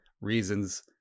reasons